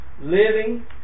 Living